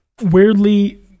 Weirdly